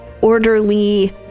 orderly